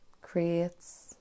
creates